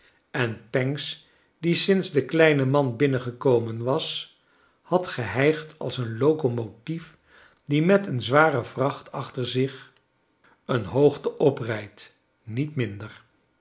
en pancks die sinds de kleine man binnengekomeu was had gehij gd als een loc omotief die met een zware vracht achter zich een hoogte oprijdt niet minder